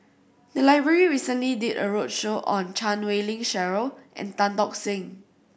the library recently did a roadshow on Chan Wei Ling Cheryl and Tan Tock Seng